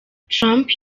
trump